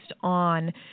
on